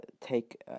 take